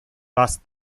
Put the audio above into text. das